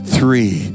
Three